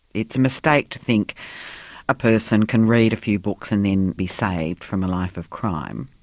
it's a mistake to think a person can read a few books and then be saved from a life of crime.